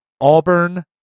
Auburn